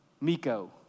Miko